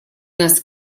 нас